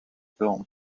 film